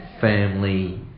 family